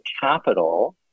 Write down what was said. capital